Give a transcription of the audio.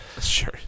Sure